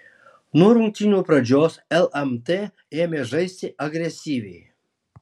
nuo rungtynių pradžios lmt ėmė žaisti agresyviai